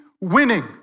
winning